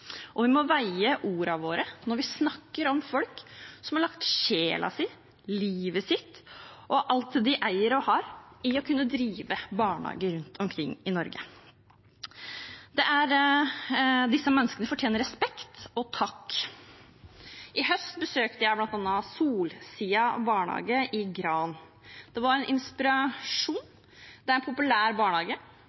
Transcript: og vi må veie ordene våre når vi snakker om folk som har lagt sjelen si, livet sitt og alt de eier og har, i å kunne drive barnehager rundt omkring i Norge. Disse menneskene fortjener respekt og takk. I høst besøkte jeg bl.a. Solsida Barnebeite i Gran. Det var en inspirasjon. Det er en populær barnehage.